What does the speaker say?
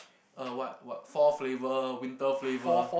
uh what what fall flavour winter flavour